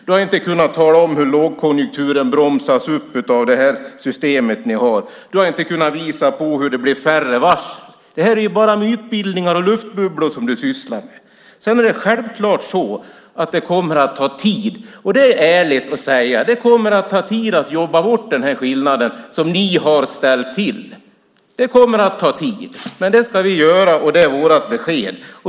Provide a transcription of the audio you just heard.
Du har inte kunnat tala om hur långkonjunkturen bromsas upp av det här systemet som ni har. Du har inte kunnat visa på hur det blir färre varsel. Det är bara mytbildningar och luftbubblor som du sysslar med. Det är självklart att det kommer att ta tid. Det är ärligt att säga. Det kommer att ta tid att jobba bort den skillnad som ni har ställt till med. Det kommer att tid, men det ska vi göra. Det är vårt besked.